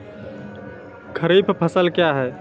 खरीफ फसल क्या हैं?